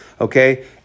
okay